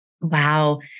Wow